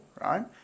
right